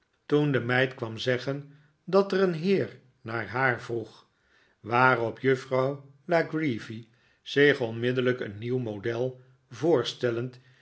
toen de meid kwam zeggen dat er een heer naar haar vroeg waarop juffrouw la creevy zich onmiddellijk een nieuw model voorstellend